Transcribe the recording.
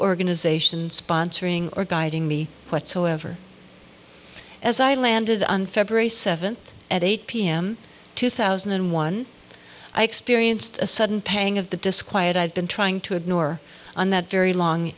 organization sponsoring or guiding me whatsoever as i landed on february seventh at eight pm two thousand and one i experienced a sudden pang of the disquiet i'd been trying to ignore on that very long